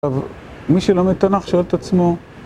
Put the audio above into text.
מי שלומד תנ״ך שואל את עצמו